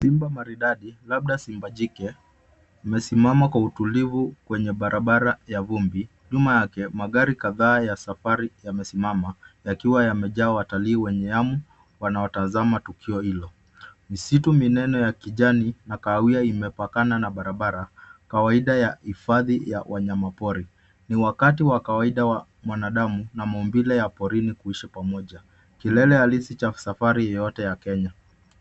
Simba maridadi, labda simba jike amesimama kwa utulivu kwenye barabara ya vumbi. Nyuma yake magari kadhaa ya safari yamesimama yakiwa yamejaa watalii wenye hamu wanaotazama tukio hilo. Msitu minene ya kijani na kahawia imepakana na barabara kawaida ya hifadhi ya wanyama pori. Ni wakati wa kawaida wa mwanadamu na maumbile ya porini kuishi pamoja. Kilele halisi cha safari yoyote ya Kenya.